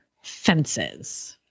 fences